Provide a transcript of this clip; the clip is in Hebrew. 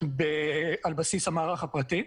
בסיס המערך הפרטי,